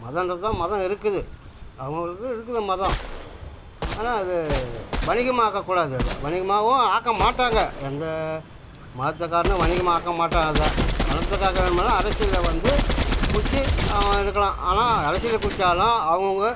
மதம்றது தான் மதம் இருக்குது அவங்களுக்கு இருக்குது மதம் ஆனால் அது வணிகமாக்கக் கூடாது அதை வணிகமாகவும் ஆக்க மாட்டாங்க எந்த மதத்துக்காரனும் வணிகம் ஆக்க மாட்டான் அதை பணத்துக்காக வேணுமுன்னால் அரசியலில் வந்து குதிச்சு அவன் இருக்கலாம் ஆனால் அரசியலில் குதித்தாலும் அவங்கவுங்க